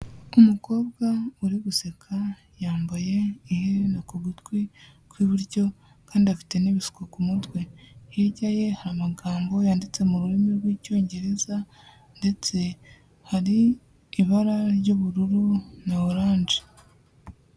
Umukobwa uri guseka yambaye iherena ku gutwi ku iburyo kandi afite n'ibisuko ku mutwe, hirya ye hari amagambo yanditse mu rurimi rw'Icyongereza, ndetse hari ibara ry'ubururu na oranje.